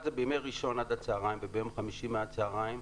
בימי ראשון עד הצוהריים וביום חמישי מהצוהריים,